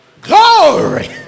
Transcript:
Glory